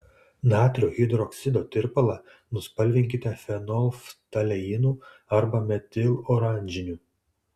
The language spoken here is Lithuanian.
natrio hidroksido tirpalą nuspalvinkite fenolftaleinu arba metiloranžiniu